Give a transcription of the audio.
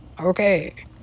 okay